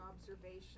observation